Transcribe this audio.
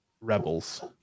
Rebels